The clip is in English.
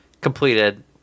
completed